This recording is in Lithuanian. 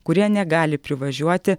kurie negali privažiuoti